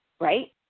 Right